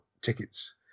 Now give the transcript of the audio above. tickets